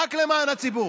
רק למען הציבור.